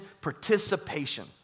participation